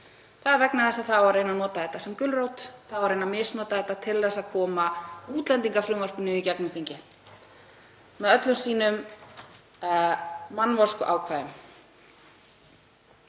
Það er vegna þess að það á að reyna að nota þetta sem gulrót, reyna að misnota þetta til að koma útlendingafrumvarpinu í gegnum þingið með öllum sínum mannvonskuákvæðum.